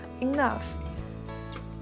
enough